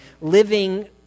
living